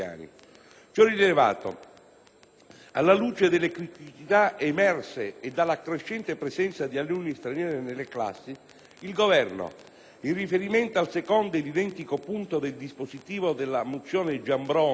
alla luce delle criticità emerse e della crescente presenza di alunni stranieri nelle classi, il Governo, in riferimento al secondo ed identico punto del dispositivo della mozione Giambrone e della mozione D'Alia